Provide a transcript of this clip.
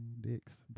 dicks